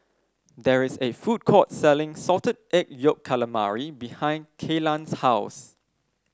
there is a food court selling Salted Egg Yolk Calamari behind Kaylan's house